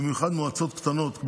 מועצות קטנות במיוחד,